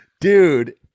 dude